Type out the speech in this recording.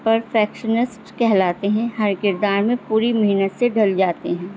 perfectionist کہلاتے ہیں ہر کردار میں پوری محنت سے ڈھل جاتے ہیں